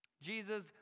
Jesus